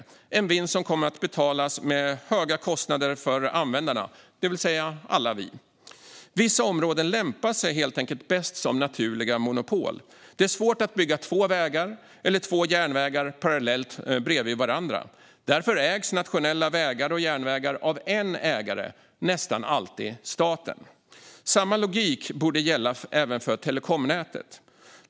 Det är en vinst som kommer att betalas med höga kostnader för användarna, det vill säga alla vi. Vissa områden lämpar sig helt enkelt bäst som naturliga monopol. Det är svårt att bygga två vägar eller två järnvägar parallellt och bredvid varandra. Därför ägs nationella vägar och järnvägar av en ägare, och nästan alltid är det staten. Samma logik borde även gälla för telekomnätet.